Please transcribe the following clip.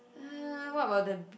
uh what about the